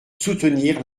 soutenir